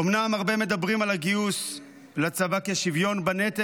אומנם הרבה מדברים על הגיוס לצבא כשוויון בנטל,